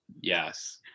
Yes